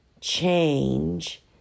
change